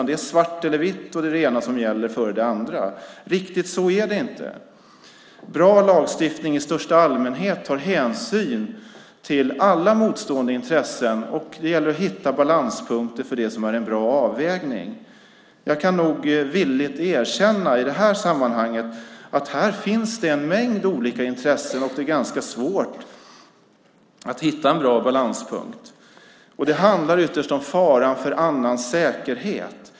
Det är svart eller vitt, och det är det ena som gäller före det andra. Riktigt så är det inte. Bra lagstiftning i största allmänhet tar hänsyn till alla motstående intressen, och det gäller att hitta balanspunkter för det som är en bra avvägning. Jag kan i detta sammanhang villigt erkänna att det finns en mängd olika intressen och att det är ganska svårt att hitta en bra balanspunkt. Det handlar ytterst om faran för annans säkerhet.